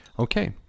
Okay